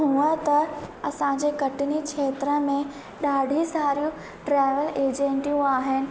हूअं त असांजे कटनी खेत्र में ॾाढी सारियूं ट्रेवल एजेंंटियूं आहिनि